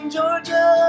Georgia